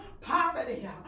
poverty